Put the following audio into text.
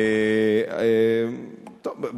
טוב,